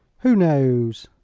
who knows?